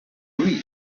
read